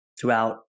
throughout